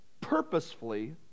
purposefully